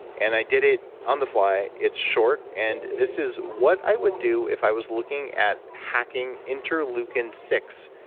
and i did it on the fly it's short and this is what i would do if i was looking at hacking interleukin six,